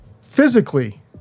Physically